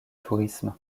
tourisme